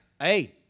hey